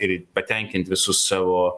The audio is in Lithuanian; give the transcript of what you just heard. ir patenkint visus savo